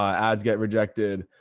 ah ads get rejected.